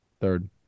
Third